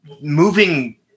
moving